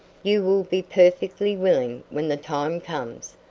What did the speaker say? you will be perfectly willing when the time comes.